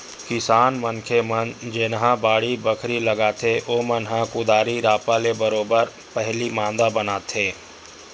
किसान मनखे मन जेनहा बाड़ी बखरी लगाथे ओमन ह कुदारी रापा ले बरोबर पहिली मांदा बनाथे